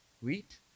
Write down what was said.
wheat